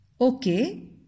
Okay